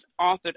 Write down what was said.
authored